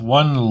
one